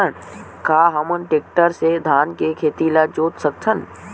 का हमन टेक्टर से धान के खेत ल जोत सकथन?